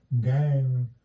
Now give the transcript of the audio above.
gang